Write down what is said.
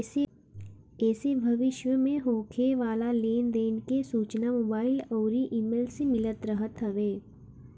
एसे भविष्य में होखे वाला लेन देन के सूचना मोबाईल अउरी इमेल से मिलत रहत हवे